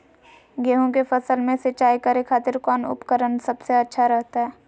गेहूं के फसल में सिंचाई करे खातिर कौन उपकरण सबसे अच्छा रहतय?